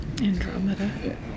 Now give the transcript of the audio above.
Andromeda